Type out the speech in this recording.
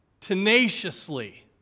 tenaciously